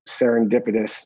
serendipitous